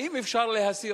האם אפשר להסיר?